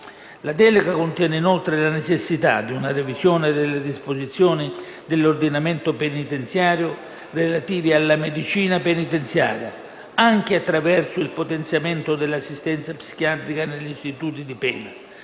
La delega contiene, inoltre, la necessità di una revisione delle disposizioni dell'ordinamento penitenziario relative alla medicina penitenziaria, anche attraverso il potenziamento dell'assistenza psichiatrica negli istituti di pena,